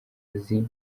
azi